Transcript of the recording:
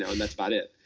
and thatis about it.